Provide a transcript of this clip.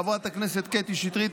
חברת הכנסת קטי שטרית,